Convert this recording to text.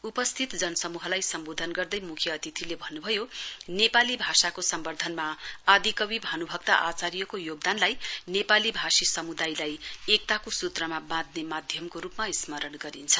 उपस्थित जनसमूहलाई सम्बोधन गर्दै मुख्य अतिथिले भन्नुभयो नेपाली भाषाको सम्बर्ध्दनमा आदिकवि भानुभक्त आचार्यको योगदानलाई नेपाली भाषी समुदायलाई एकताको सूत्रमा वाँध्रे माध्यमको रुपमा स्मरण गरिन्छ